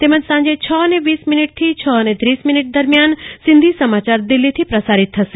તેમજ સાંજે છ અને વીસ મિનીટથી છ અને ત્રીસ મીનીટ દરમિયાન સિંધી સમાચાર દિલ્હીથી પ્રસારીત થશે